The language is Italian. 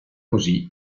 così